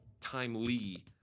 timely